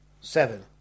seven